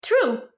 true